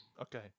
okay